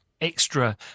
extra